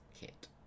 kit